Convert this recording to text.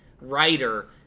writer